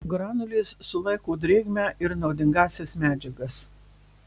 granulės sulaiko drėgmę ir naudingąsias medžiagas